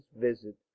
visit